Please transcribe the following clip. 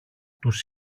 τους